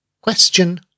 Question